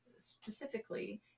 specifically